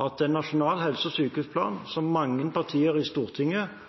at en nasjonal helse- og sykehusplan som mange partier i Stortinget